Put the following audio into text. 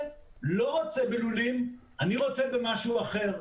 לא רוצה בלולים אלא הוא רוצה במשהו אחר.